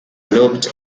looked